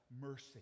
mercy